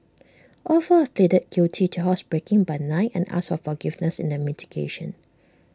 all four have pleaded guilty to housebreaking by night and asked for forgiveness in their mitigation